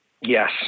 Yes